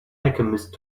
alchemist